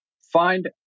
find